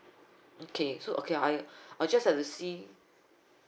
okay so okay I I just like to see